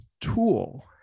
tool